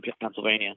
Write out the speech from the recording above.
Pennsylvania